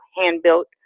hand-built